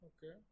Okay